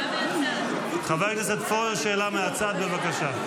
חבר הכנסת פורר, שאלה מהצד, בבקשה.